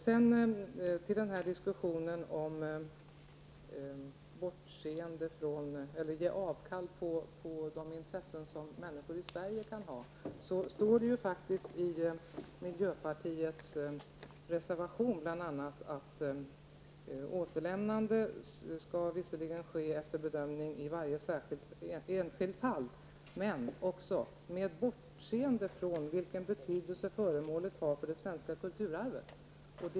Sedan till diskussionen om att ge avkall på de intressen som människor i Sverige kan ha. Det står faktiskt i miljöpartiets reservation att ett återlämnande visserligen skall ske efter bedömning i varje enskilt fall, men det står också att återlämnandet bör ske ''med bortseende från vilken betydelse föremålet har för det svenska kulturarvet''.